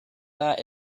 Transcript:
that